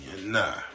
Nah